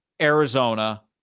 Arizona